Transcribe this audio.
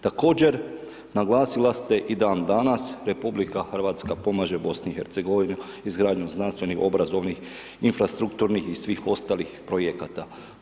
Također naglasila ste i dandanas RH pomaže BiH-u izgradnjom znanstveni, obrazovnih, infrastrukturnih i svih ostalih projekata.